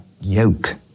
yoke